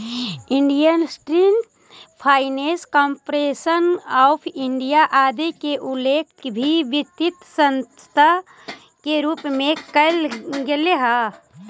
industrial finance corporation of India आदि के उल्लेख भी वित्तीय संस्था के रूप में कैल गेले हइ